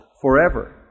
forever